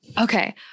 Okay